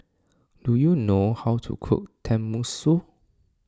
do you know how to cook Tenmusu